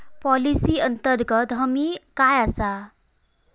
Policy अंतर्गत हमी काय आसा?